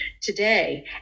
today